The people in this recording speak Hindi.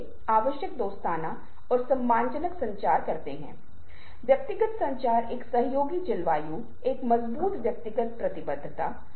हम वास्तव में इस शब्द का उपयोग करते हैं क्योंकि सामाजिक जीवन में हम बहुत सारे झूठ बताते हैं